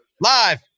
live